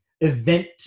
event